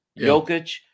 Jokic